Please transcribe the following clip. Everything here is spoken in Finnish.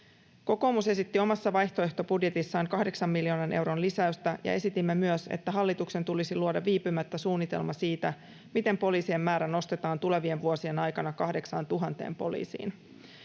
Kokoomus esitti omassa vaihtoehtobudjetissaan 8 miljoonan euron lisäystä, ja esitimme myös, että hallituksen tulisi luoda viipymättä suunnitelma siitä, miten poliisien määrä nostetaan tulevien vuosien aikana 8 000 poliisiin.